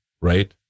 right